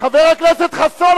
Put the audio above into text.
חבר הכנסת חסון,